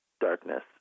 darkness